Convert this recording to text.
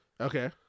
Okay